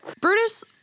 Brutus